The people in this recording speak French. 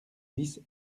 dix